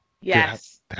Yes